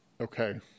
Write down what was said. Okay